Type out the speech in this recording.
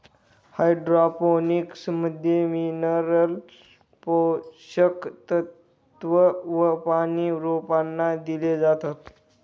hydroponics मध्ये mineral पोषक तत्व व पानी रोपांना दिले जाते